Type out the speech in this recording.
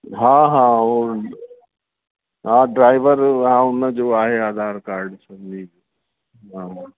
हा हा उहो हा ड्राइवर हा हुनजो आहे आधार कार्ड जी हा